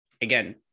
again